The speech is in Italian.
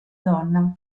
donna